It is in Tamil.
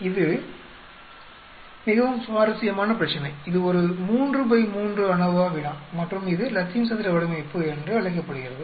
இது மிகவும் சுவாரஸ்யமான பிரச்சனை இது ஒரு 33 அநோவா வினா மற்றும் இது லத்தீன் சதுர வடிவமைப்பு என்று அழைக்கப்படுகிறது